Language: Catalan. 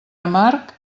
amarg